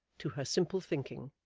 to her simple thinking,